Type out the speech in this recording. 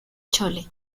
chole